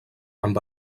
amb